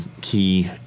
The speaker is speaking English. key